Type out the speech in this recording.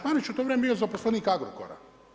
Marić je u to vrijeme bio zaposlenik Agrokora.